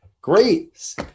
great